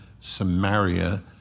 Samaria